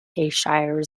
ayrshire